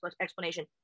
explanation